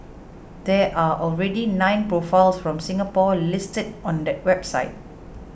there are already nine profiles from Singapore listed on that website